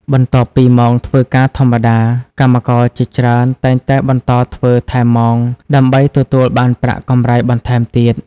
បន្ទាប់ពីម៉ោងធ្វើការធម្មតា កម្មករជាច្រើនតែងតែបន្តធ្វើថែមម៉ោង ដើម្បីទទួលបានប្រាក់កម្រៃបន្ថែមទៀត។